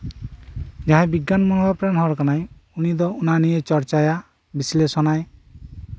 ᱡᱟᱦᱟᱸᱭ ᱵᱤᱜᱽᱜᱟᱱ ᱢᱚᱱᱳᱵᱷᱟᱵ ᱨᱮᱱ ᱦᱚᱲ ᱠᱟᱱᱟᱭ ᱩᱱᱤ ᱫᱚ ᱚᱱᱟ ᱱᱤᱭᱮ ᱪᱚᱨᱪᱟᱭᱟᱭ ᱵᱤᱥᱞᱮᱥᱚᱱ ᱟᱭ